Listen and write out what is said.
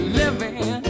living